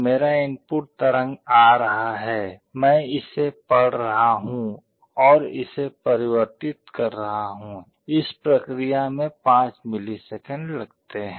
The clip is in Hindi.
मेरा इनपुट तरंग आ रहा है मैं इसे पढ़ रहा हूं और इसे परिवर्तित कर रहा हूं इस प्रक्रिया में 5 मिलीसेकंड लगते हैं